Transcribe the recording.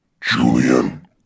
Julian